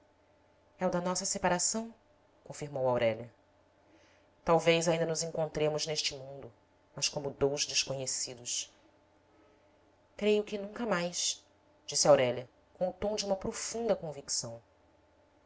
é o da nossa separação confirmou aurélia talvez ainda nos encontremos neste mundo mas como dous desconhecidos creio que nunca mais disse aurélia com o tom de uma profunda convicção